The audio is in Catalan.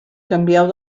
canvieu